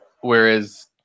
whereas